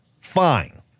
fine